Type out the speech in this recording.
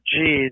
jeez